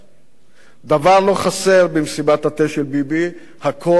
דבר לא חסר במסיבת התה של ביבי, הכול מותר.